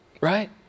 right